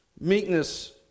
meekness